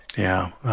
yeah.